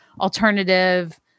alternative